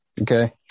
okay